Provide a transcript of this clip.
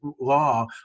law